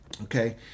okay